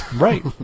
Right